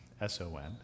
S-O-N